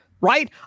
Right